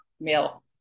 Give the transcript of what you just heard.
male